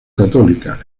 católica